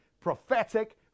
prophetic